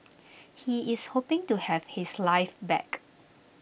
he is hoping to have his life back